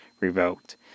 revoked